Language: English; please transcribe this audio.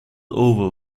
over